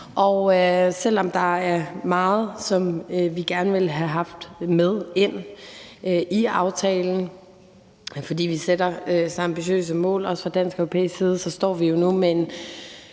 Og selv om der er meget, som vi gerne ville have haft med ind i aftalen, fordi vi sætter så ambitiøse mål fra dansk og europæisk side, så står vi jo nu med en